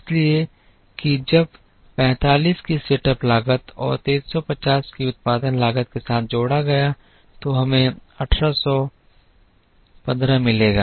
इसलिए कि जब 45 की सेटअप लागत और 350 की उत्पादन लागत के साथ जोड़ा गया तो हमें 1815 मिलेगा